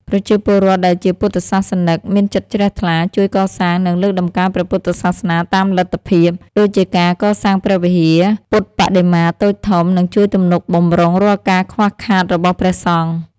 ប្រជាពលរដ្ឋដែលជាពុទ្ធសាសនិកមានចិត្តជ្រះថ្លា ជួយកសាង និងលើកតម្កើងព្រះពុទ្ធសាសនាតាមលទ្ធភាព ដូចជាការកសាងព្រះវិហារ ពុទ្ធប្បដិមាតូចធំ និងជួយទំនុកបម្រុងរាល់ការខ្វះខាតរបស់ព្រះសង្ឃ។